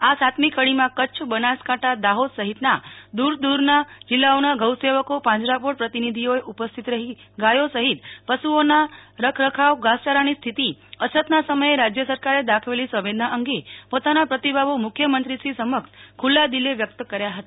આ સાતમી કડીમાં કચ્છ બનાસકાંઠા દાજીદ સહિતના દૂર સુદુરના જિલ્લાઓના ગૌસેવકો પાંજરાપોળ પ્રતિનિધિઓએ ઉપસ્થિત રહી ગાયો સહિત પશુઓના રખરખાવ ધાસચારાની સ્થિતી અછતના સમયે રાજ્ય સરકારે દાખવેલી સંવેદના અંગે પોતાના પ્રતિભાવો મુખ્યમંત્રીશ્રી સમક્ષ ખૂલ્લા દિલે વ્યકત કર્યા હતા